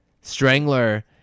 Strangler